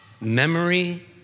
memory